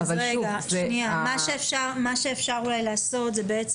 מה שאפשר אולי לעשות, זה בעצם